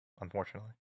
unfortunately